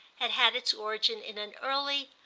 had had its origin in an early,